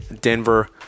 Denver